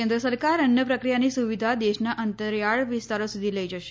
કેન્દ્ર સરકાર અન્ન પ્રક્રિયાની સુવિધા દેશના અંતરિયાળ વિસ્તારો સુધી લઈ જશે